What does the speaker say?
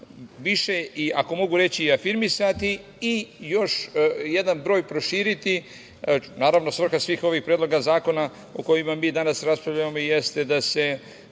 više, ako mogu reći afirmisati i još jedan broj proširiti. Naravno, svrha svih predloga zakona o kojima mi danas raspravljamo jeste da se